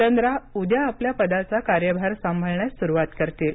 चंद्रा उद्या आपल्या पदाचा कार्यभार सांभाळण्यास सुरुवात करतील